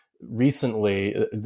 recently